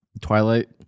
twilight